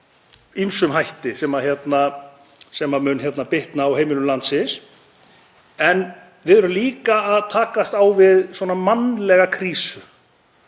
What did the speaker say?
ýmsum hætti sem mun bitna á heimilum landsins, en við erum líka að takast á við mannlega krísu.